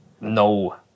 no